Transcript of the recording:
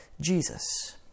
Jesus